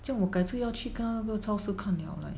这样我改次要去跟那边超市看了 leh